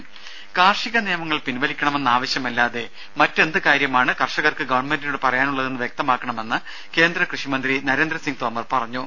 രംഭ കാർഷിക നിയമങ്ങൾ പിൻവലിക്കണമെന്ന ആവശ്യമല്ലാതെ മറ്റെന്ത് കാര്യമാണ് കർഷകർക്ക് ഗവൺമെന്റിനോട് പറയാനുള്ളതെന്ന് വ്യക്തമാക്കണമെന്ന് കേന്ദ്ര കൃഷി മന്ത്രി നരേന്ദ്ര സിംഗ് തോമർ പറഞ്ഞു